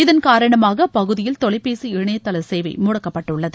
இதன் காரணமாக அப்பகுதியில் தொலைபேசி இணையதள சேவை முடக்கப்பட்டுள்ளது